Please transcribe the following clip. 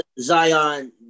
Zion